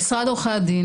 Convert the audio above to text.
למשרד עורכי הדין,